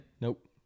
nope